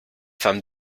femme